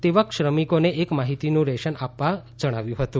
તેવા શ્રમિકોને એક માહિતીનું રેશન આપવામાં આવ્યું હતું